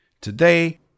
Today